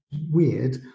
weird